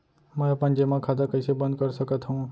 मै अपन जेमा खाता कइसे बन्द कर सकत हओं?